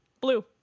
Blue